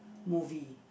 movie